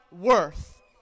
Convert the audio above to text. worth